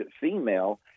female